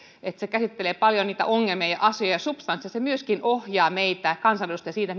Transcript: että se käsittelee paljon niitä ongelmia ja asioita ja substanssia se myöskin ohjaa meitä kansanedustajia siinä